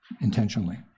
intentionally